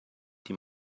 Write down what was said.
die